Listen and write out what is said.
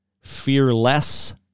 fearless